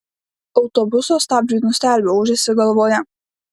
autobuso stabdžiai nustelbė ūžesį galvoje